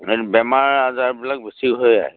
যেন বেমাৰ আজাৰবিলাক বেছি হৈ আহে